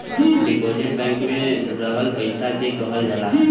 deposit bank में रखल पइसा के कहल जाला